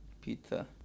pizza